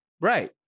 Right